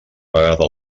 vegada